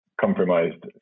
compromised